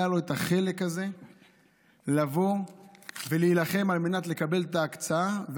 היה את החלק הזה להילחם על מנת לקבל את ההקצאה,